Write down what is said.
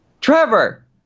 Trevor